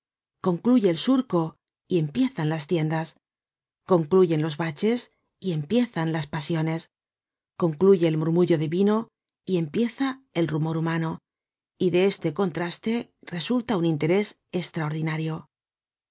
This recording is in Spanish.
concluye el surco y empiezan las tiendas concluyen los baches y empiezan las pasiones concluye el murmullo divino y empieza el rumor humano y de este contraste resulta un interés estraordinario